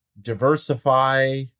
diversify